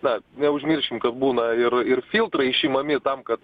bet neužmirškim kad būna ir ir filtrai išimami tam kad